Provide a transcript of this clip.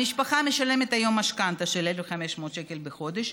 המשפחה משלמת היום משכנתה של 1,500 שקל לחודש,